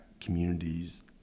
communities